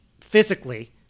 physically